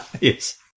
yes